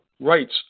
Rights